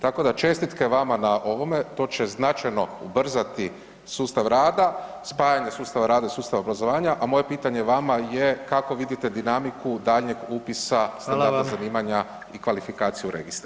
Tako da čestitke vama na ovome, to će značajno ubrzati sustav rada, spajanje sustava rada i sustava obrazovanja a moje pitanje vama je kako vidite dinamiku daljnjeg upisa standarda zanimanja i kvalifikaciju registra?